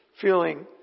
feeling